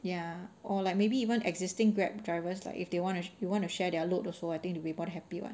ya or like maybe even existing grab drivers like if they wanna you want to share their load also I think they will be more than happy [what]